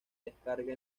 descarga